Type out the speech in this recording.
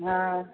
हँ